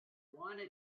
wanna